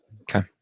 okay